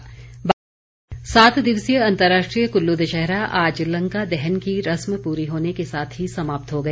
दशहरा सम्पन्न सात दिवसीय अंतर्राष्ट्रीय कुल्लू दशहरा आज लंका दहन की रस्म प्ररी होने के साथ ही समाप्त हो गया